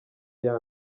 iya